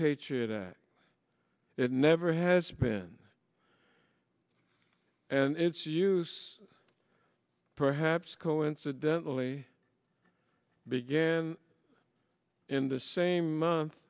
patriot act it never has been and it's use perhaps coincidentally began in the same month